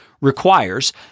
requires